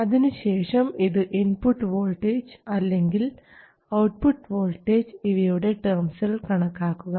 അതിനുശേഷം ഇത് input voltage അല്ലെങ്കിൽ ഔട്ട്പുട്ട് വോൾട്ടേജ് ഇവയുടെ ടേംസിൽ കണക്കാക്കുക